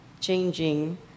changing